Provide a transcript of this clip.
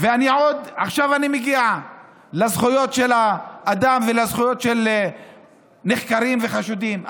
עכשיו אני מגיע לזכויות של האדם ולזכויות של נחקרים וחשודים.